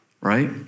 right